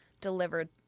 delivered